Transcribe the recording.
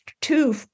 two